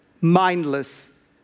mindless